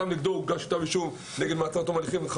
גם נגדו הוגש כתב אישום ומעצר עד תום ההליכים.